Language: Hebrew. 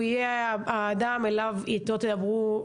הוא יהיה האדם איתו תדברו,